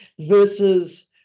versus